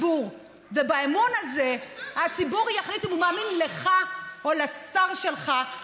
ואני באותו רגע אמרתי לחברים שלכם: בזה הרגע,